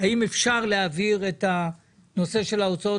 האם אפשר להעביר את הנושא של ההוצאות